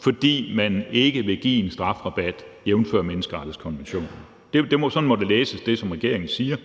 fordi man ikke vil give en strafrabat jævnfør menneskerettighedskonventionen. Sådan må det, som regeringen siger, læses.